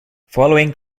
following